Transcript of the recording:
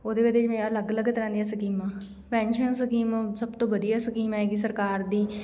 ਉਹਦੇ ਉਹਦੇ 'ਚ ਜਿਵੇਂ ਅਲੱਗ ਅਲੱਗ ਤਰ੍ਹਾਂ ਦੀਆਂ ਸਕੀਮਾਂ ਪੈਨਸ਼ਨ ਸਕੀਮ ਸਭ ਤੋਂ ਵਧੀਆ ਸਕੀਮ ਹੈਗੀ ਸਰਕਾਰ ਦੀ